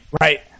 Right